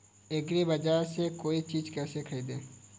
एग्रीबाजार से कोई चीज केसे खरीदें?